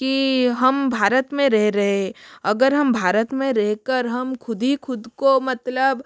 कि हम भारत में रह रहे है अगर हम भारत में रह कर हम ख़ुद ही ख़ुद को मतलब